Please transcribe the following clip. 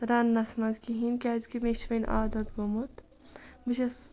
رَننَس منٛز کِہیٖنۍ کیٛازِکہِ مےٚ چھِ وۄنۍ عادت گوٚمُت بہٕ چھَس